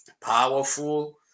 Powerful